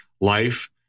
life